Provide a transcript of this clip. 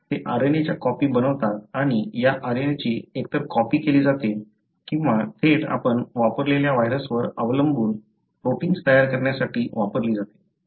ते RNA च्या copy बनवतात आणि या RNA ची एकतर कॉपी केली जाते किंवा थेट आपण वापरलेल्या व्हायरसवर अवलंबून प्रोटिन्स तयार करण्यासाठी वापरली जाते